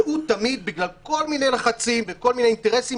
והוא תמיד בגלל כל מיני לחצים וכל מיני אינטרסים